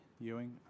Ewing